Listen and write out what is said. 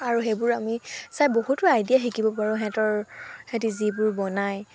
আৰু সেইবোৰ আমি চাই বহুতো আইডিয়া শিকিব পাৰোঁ সিঁহতৰ সিহঁতি যি বনায়